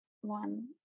one